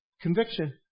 Conviction